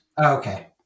Okay